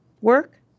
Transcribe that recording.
work